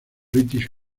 british